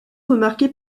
remarquer